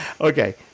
Okay